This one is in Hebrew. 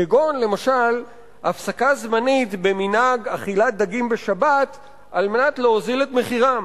כגון הפסקה זמנית במנהג אכילת דגים בשבת על מנת להוזיל את מחירם.